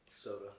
soda